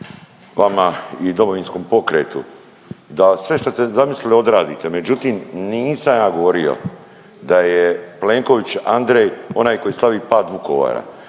vama i Domovinskom pokretu, da sve što ste zamislili odradite međutim nisam ja govorio da je Plenković Andrej onaj koji slavi pad Vukovara.